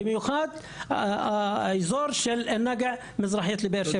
במיוחד באזור של א-נגעה, מזרחית לבאר שבע.